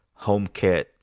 HomeKit